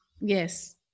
yes